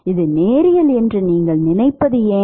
இது நேரியல் என்று நீங்கள் நினைப்பது எது